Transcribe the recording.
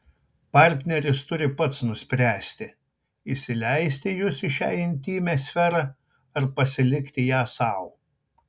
partneris turi pats nuspręsti įsileisti jus į šią intymią sferą ar pasilikti ją sau